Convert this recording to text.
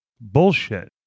bullshit